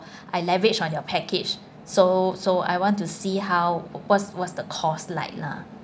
I leverage on your package so so I want to see how what's what's the cost like lah